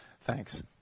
thanks